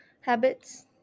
habits